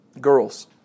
girls